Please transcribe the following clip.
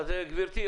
אז גברתי,